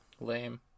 Lame